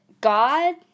God